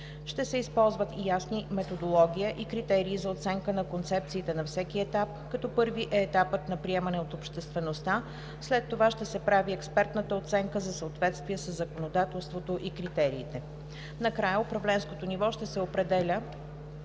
Ще се използват ясни методология и критерии за оценка на концепциите на всеки етап, като първи е етапът на приемане от обществеността, след това ще се прави експертната оценка за съответствие със законодателството и критериите. Накрая на управленско ниво ще се определя